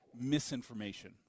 misinformation